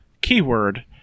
keyword